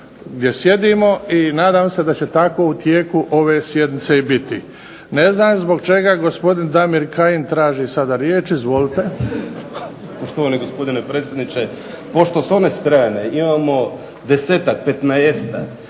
gdje sjedimo i nadam se da će tako u tijeku ove sjednice i biti. Ne znam zbog čega gospodin Damir Kajin traži sada riječ. Izvolite. **Kajin, Damir (IDS)** Poštovani gospodine predsjedniče. Pošto s one strane imamo desetak, petnaestak